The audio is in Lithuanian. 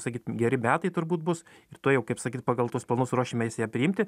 sakyt geri metai turbūt bus ir tuojau kaip sakyt pagal tuos planus ruošiamės ją priimti